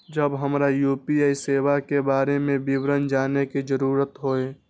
जब हमरा यू.पी.आई सेवा के बारे में विवरण जानय के जरुरत होय?